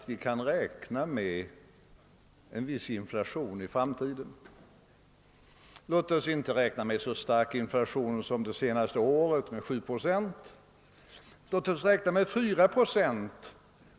Vi kan räkna med en viss inflation i framtiden — inte så stark inflation som de 7 procenten under det senaste året, hoppas jag. Jag räknar som exempel med 4 procent.